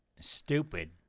stupid